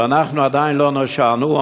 ואנחנו עדיין לא נושענו.